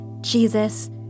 Jesus